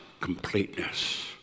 completeness